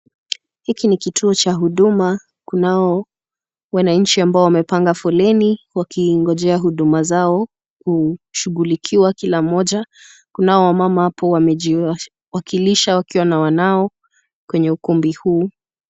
Hiki ni kituo cha huduma. Kunao wananchi ambao wamepanga foleni wakingojea huduma zao kushughulikiwa kila mmoja. Kunao wamama hapo wamejiwakilisha wakiwa na wanao kwenye ukumbi huu.